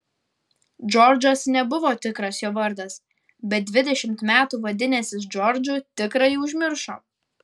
džordžas nebuvo tikras jo vardas bet dvidešimt metų vadinęsis džordžu tikrąjį užmiršo